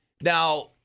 Now